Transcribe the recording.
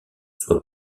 soit